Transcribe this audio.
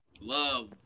love